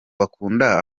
bakunda